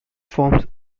forms